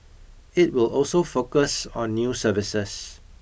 it will also focus on new services